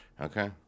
Okay